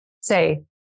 say